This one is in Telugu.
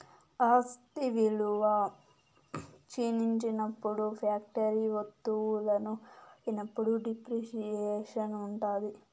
ఆస్తి విలువ క్షీణించినప్పుడు ఫ్యాక్టరీ వత్తువులను వాడినప్పుడు డిప్రిసియేషన్ ఉంటాది